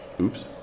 Oops